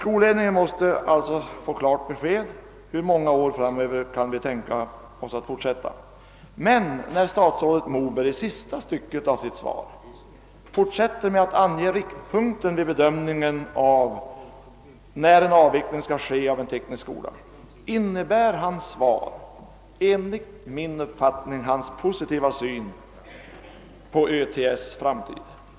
Skolledningen måste alltså få ett klart svar på frågan: Hur många år kan vi tänka oss att fortsätta? Men när statsrådet Moberg i sistä stycket av sitt svar fortsätter med att ange riktpunkten vid bedömningen av om och när en avveckling skall ske av en teknisk skola, så innebär detta enligt min uppfattning hans positiva syn på framtiden för Örnsköldsviks tekniska skola.